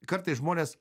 kartais žmonės